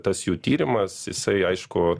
tas jų tyrimas jisai aišku